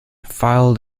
filed